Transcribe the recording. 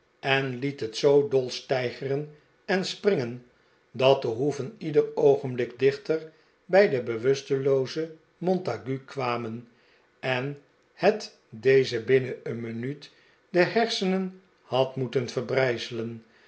en het het zoo dol steigeren en springen dat de hoeven ieder oogenblik dichter bij den bewusteloozen montague kwamen en het dezen binnen een minuut de hersenen had moeten